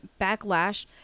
backlash